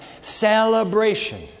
Celebration